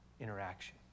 interaction